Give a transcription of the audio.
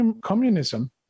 communism